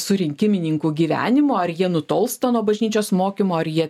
surinkimininkų gyvenimo ar jie nutolsta nuo bažnyčios mokymo ar jie